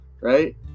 right